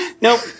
nope